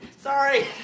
Sorry